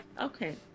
Okay